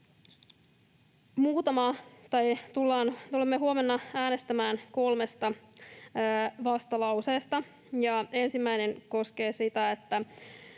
Tulemme huomenna äänestämään kolmesta vastalauseen lausumaehdotuksesta. Ensimmäinen koskee sitä,